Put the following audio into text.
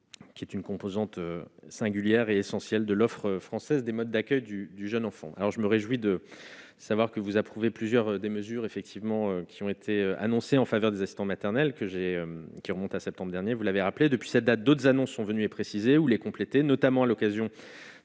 qui est une composante singulière et essentielle de l'offre française des modes d'accueil du du jeune enfant, alors je me réjouis de savoir que vous approuvez plusieurs des mesures effectivement qui ont été annoncées en faveur des assistants maternels que j'ai qui remonte à septembre dernier, vous l'avez rappelé depuis cette date, d'autres annonces sont venus et préciser ou les compléter, notamment à l'occasion